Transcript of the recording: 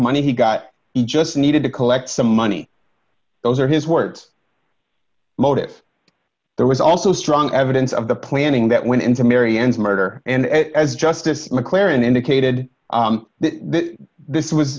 money he got he just needed to collect some money those are his words motive there was also strong evidence of the planning that went into mary ann's murder and as justice mclaren indicated this was